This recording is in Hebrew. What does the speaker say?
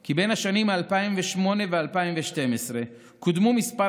כי בין השנים 2008 ו-2012 קודמו כמה